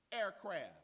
aircraft